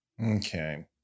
Okay